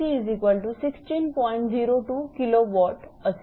02 𝑘𝑊 असेल